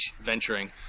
venturing